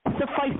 suffice